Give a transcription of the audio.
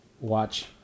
watch